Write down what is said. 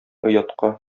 оятка